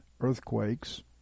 earthquakes